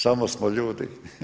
Samo smo ljudi.